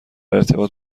ارتباط